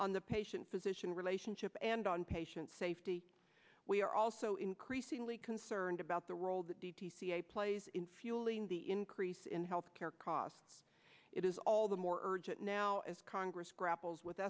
on the patient physician relationship and on patient safety we are also increasingly concerned about the role that dca plays in fueling the increase in health care costs it is all the more urgent now as congress grapples with